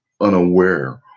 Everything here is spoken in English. unaware